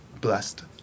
blessed